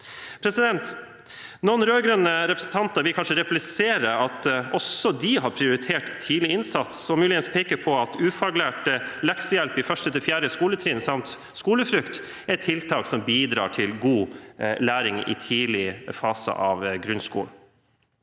Noen rød-grønne representanter vil kanskje replisere at også de har prioritert tidlig innsats, og de vil muligens peke på at ufaglært leksehjelp i 1.–4. trinn samt skolefrukt er tiltak som bidrar til god læring i tidlig fase av grunnskolen.